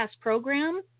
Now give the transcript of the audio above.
program